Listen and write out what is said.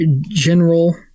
General